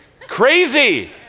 crazy